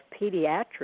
pediatrics